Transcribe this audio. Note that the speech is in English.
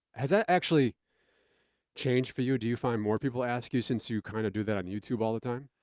has that actually changed for you? do you find more people ask you, since you kind of do that um youtube all the time?